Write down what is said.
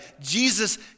Jesus